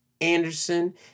Anderson